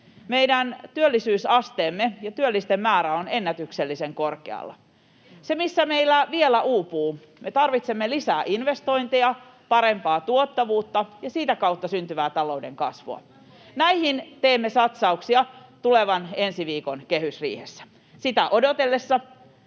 meidän työllisyysasteemme ja työllisten määrä ovat ennätyksellisen korkealla. Mistä meillä vielä uupuu, niin me tarvitsemme lisää investointeja, parempaa tuottavuutta ja sitä kautta syntyvää talouden kasvua. Näihin teemme satsauksia tulevassa ensi viikon kehysriihessä. Sitä odotellessa